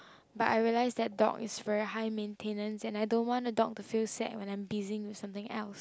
but I realised that dog is very high maintenance and I don't want the dog to feel sad when I am busying with something else